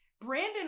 Brandon